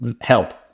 help